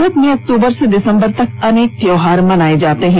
भारत में अक्टूबर से दिसंबर तक अनेक त्योहार मनाए जाते हैं